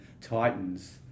Titans